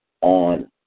on